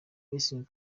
racing